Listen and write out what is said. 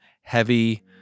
heavy